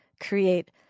create